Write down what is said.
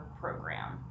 program